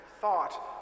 thought